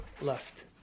left